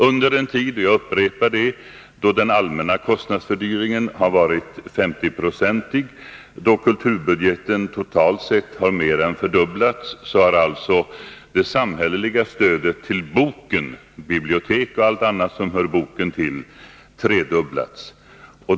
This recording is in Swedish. Under den tid - jag upprepar det — då den allmänna kostnadsfördyringen har varit 50 96 och då kulturbudgeten mer än fördubblats har alltså det samhälleliga stödet till boken, till biblioteken och allt annat som hör boken till, tredubblats.